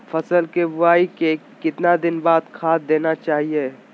फसल के बोआई के कितना दिन बाद खाद देना चाइए?